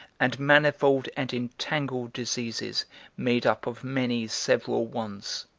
and manifold and entangled diseases made up of many several ones.